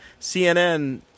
cnn